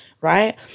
right